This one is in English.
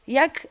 jak